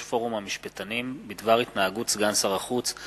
פורום המשפטנים בדבר התנהגות סגן שר החוץ,